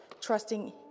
trusting